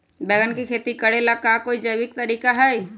बैंगन के खेती भी करे ला का कोई जैविक तरीका है?